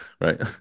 right